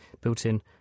built-in